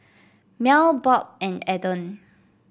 Mel Bob and Eden